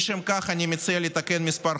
לשם כך אני מציע לתקן כמה חוקים: